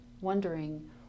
wondering